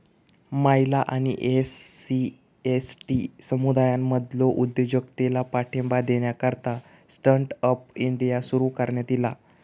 महिला आणि SC, ST समुदायांमधलो उद्योजकतेला पाठिंबा देण्याकरता स्टँड अप इंडिया सुरू करण्यात ईला